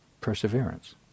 perseverance